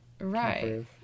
Right